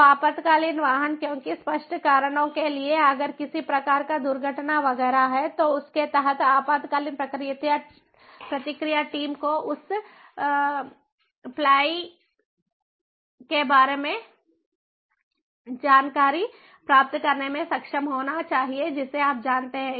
तो आपातकालीन वाहन क्योंकि स्पष्ट कारणों के लिए अगर किसी प्रकार का दुर्घटना वगैरह है तो उसके तहत आपातकालीन प्रतिक्रिया टीम को उस फ्लाई के बारे में जानकारी प्राप्त करने में सक्षम होना चाहिए जिसे आप जानते हैं